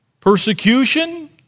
Persecution